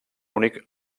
únic